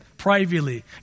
privately